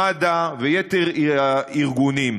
מד"א ויתר הארגונים.